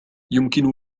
يمكن